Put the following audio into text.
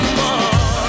more